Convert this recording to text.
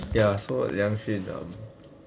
ya so liang xun um